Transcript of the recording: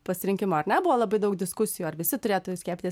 pasirinkimo ar ne buvo labai daug diskusijų ar visi turėtų skiepyti